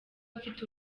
bafite